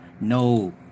no